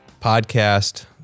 podcast